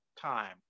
time